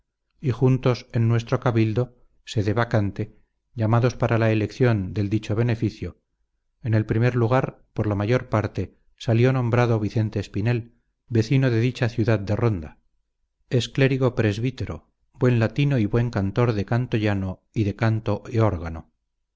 y juntos en nuestro cabildo sede vacante llamados para la eleccion del dicho beneficio en el primer lugar por la mayor parte salió nombrado vicente espinel vezino de dicha ciudad de ronda es clérigo presuítero buen latino y buen cantor de canto llano y de canto e órgano